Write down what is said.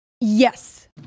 Yes